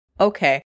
Okay